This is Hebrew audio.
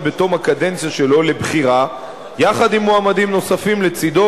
בתום הקדנציה שלו לבחירה יחד עם מועמדים נוספים לצדו,